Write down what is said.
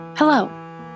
Hello